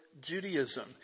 Judaism